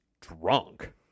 drunk